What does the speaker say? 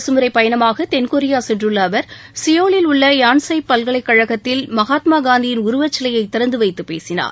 அரசுமுறைப்பயணமாக தென்கொரியா சென்றுள்ள அவர் சியோலில் உள்ள யான்செய் பல்கலைக்கழகத்தில் மகாத்மா காந்தியின் உருவச்சிலையை திறந்துவைத்து பேசினார்